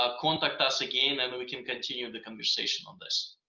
ah contact us again. and then we can continue the conversation on this.